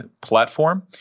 platform